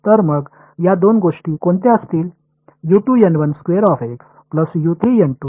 तर मग या दोन गोष्टी कोणत्या असतील